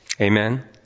Amen